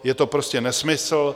Je to prostě nesmysl.